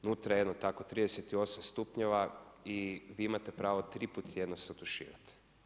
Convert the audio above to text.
Unutra je jedno tako 38 stupnjeva i vi imate pravo tri put tjedno se otuširati.